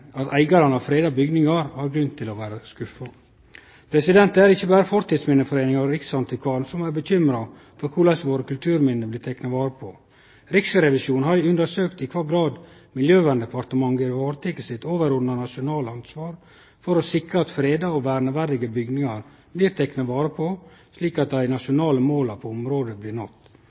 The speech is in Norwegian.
at eigarane av freda bygningar har grunn til å vere skuffa. Det er ikkje berre Fortidsminneforeningen og riksantikvaren som er bekymra for korleis kulturminna våre blir tekne vare på. Riksrevisjonen har undersøkt i kva grad Miljøverndepartementet har vareteke sitt overordna nasjonale ansvar for å sikre at freda og verneverdige bygningar blir tekne vare på, slik at dei nasjonale måla på området blir